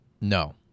No